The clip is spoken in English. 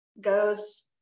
goes